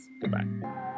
Goodbye